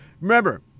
Remember